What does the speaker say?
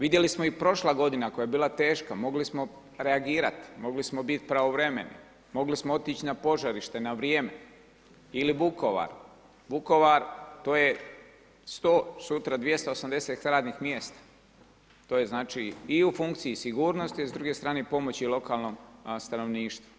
Vidjeli smo i prošla godina koja je bila teška, mogli smo reagirati, mogli smo biti pravovremeni, mogli smo otić na požarište na vrijeme ili Vukovar, Vukovar to je 100, sutra 280 radnih mjesta, to je znači i u funkciji sigurnosti, s druge strane i pomoći lokalnom stanovništvu.